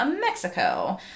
Mexico